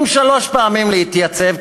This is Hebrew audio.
עם שלוש פעמים להתייצב,